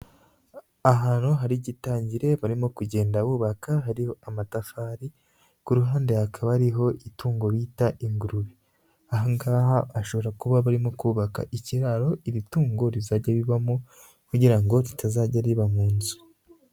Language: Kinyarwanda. Ahantu hari igitangire barimo kugenda bubaka hariho amatafari, ku ruhande hakaba hariho itungo bita ingurube. Aha ngaha hashobora kuba barimo kubaka ikiraro, iri tungo rizajya bibamo kugira ngo ritazajya riba mu nzu.